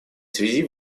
связи